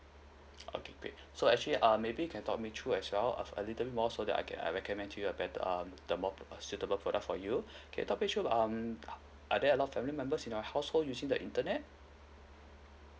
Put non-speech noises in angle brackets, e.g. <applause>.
okay great so actually uh maybe you can talk me through as well of a little bit more so that I can I recommend to you a better um the more p~ suitable product for you <breath> K talk me through um are there a lot of family members in your household using the internet